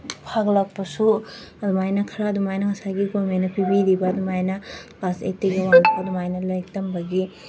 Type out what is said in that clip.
ꯐꯒꯠꯂꯛꯄꯁꯨ ꯑꯗꯨꯃꯥꯏꯅ ꯈꯔ ꯑꯗꯨꯃꯥꯏꯅ ꯉꯁꯥꯏꯒꯤ ꯒꯣꯔꯃꯦꯟꯅ ꯄꯤꯕꯤꯔꯤꯕ ꯑꯗꯨꯃꯥꯏꯅ ꯀ꯭ꯂꯥꯁ ꯑꯩꯠꯇꯒꯤ ꯋꯥꯟ ꯐꯥꯎ ꯑꯗꯨꯃꯥꯏꯅ ꯂꯥꯏꯔꯤꯛ ꯇꯝꯕꯒꯤ